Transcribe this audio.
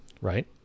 right